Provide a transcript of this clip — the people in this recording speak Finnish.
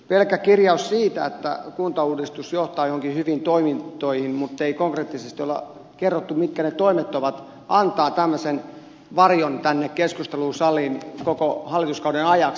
pelkkä kirjaus siitä että kuntauudistus johtaa joihinkin hyviin toimintoihin mutta ei konkreettisesti ole kerrottu mitkä ne toimet ovat antaa tämmöisen varjon tänne keskustelusaliin koko hallituskauden ajaksi